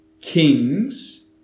kings